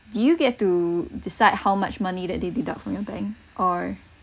do you get to decide how much money that they deduct from your bank or